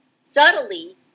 subtly